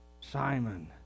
Simon